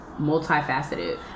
multifaceted